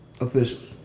officials